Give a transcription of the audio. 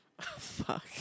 Fuck